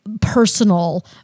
personal